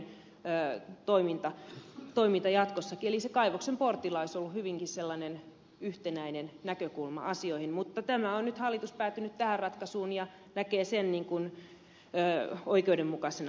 eli se kaivoksen portilla hinnoitteluperiaate olisi ollut hyvinkin sellainen yhtenäinen näkökulma asioihin mutta hallitus on nyt päätynyt tähän ratkaisuun ja näkee sen oikeudenmukaisena